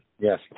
Yes